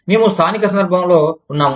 మేము స్థానిక సందర్భంలో ఉన్నాము